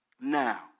Now